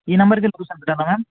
ఈ నంబర్కే లొకేషన్ పెట్టాలా మ్యామ్